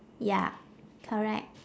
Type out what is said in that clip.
ya correct